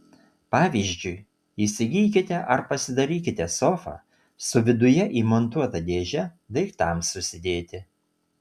pavyzdžiui įsigykite ar pasidarykite sofą su viduje įmontuota dėže daiktams susidėti